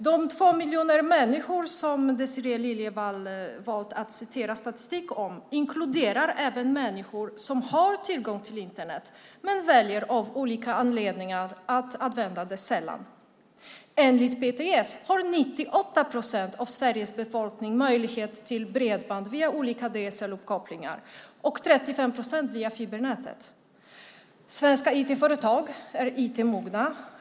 De två miljoner människor som Désirée Liljevall valt att återge statistik om inkluderar även dem som har tillgång till Internet men som av olika anledningar väljer att sällan använda det. Enligt PTS har 98 procent av Sveriges befolkning möjlighet till bredband via olika DSL-uppkopplingar och 35 procent via fibernätet. Svenska IT-företag är IT-mogna.